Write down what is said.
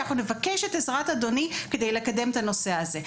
ואנחנו נבקש את אדוני כדי לקדם את הנושא הזה.